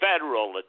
federal